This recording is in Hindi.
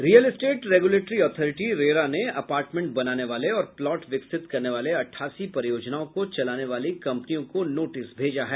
real estate regulatory authority RERA ने अर्पाटमेंट बनाने वाले और प्लॉट विकसित करने वाले अठासी परियोजनाओं को चलाने वाली कम्पनियों को नोटिस भेजा है